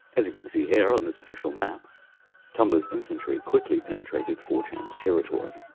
as you can see here on this official map tumblr's infantry quickly penetrated four chan's territory.